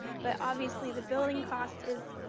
but obviously the billing cost is